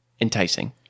enticing